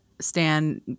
stan